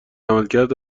عملکرد